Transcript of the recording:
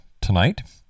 tonight